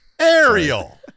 Ariel